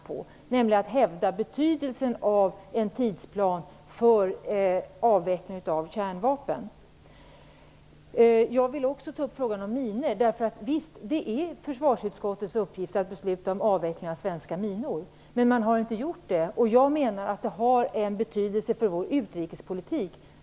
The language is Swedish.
Vi skulle ha kunnat hävda betydelsen av en tidsplan för avveckling av kärnvapen. Jag vill också ta upp minfrågan. Det är försvarsutskottets uppgift att besluta om avveckling av svenska minor, men det har man inte gjort. Jag menar att det har en betydelse för vår utrikespolitik.